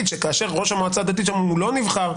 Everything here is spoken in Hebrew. שכאשר ראש המועצה הדתית שם הוא לא נבחר,